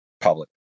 public